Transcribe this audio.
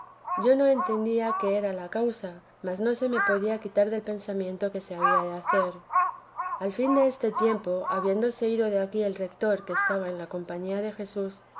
yo no entendía qué era la causa mas no se me podía quitar del pensamiento que se había de hacer al fin deste tiempo habiéndose ido de aquí el retor que estaba en la compañía de jesús